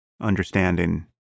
understanding